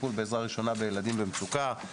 טיפול בעזרה ראשונה בילדים במצוקה,